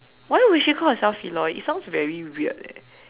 why would see call herself Feloy it sounds very weird eh